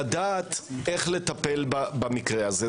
לדעת, איך לטפל במקרה הזה.